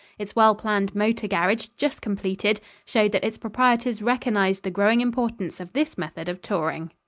its well planned motor garage, just completed, showed that its proprietors recognized the growing importance of this method of touring.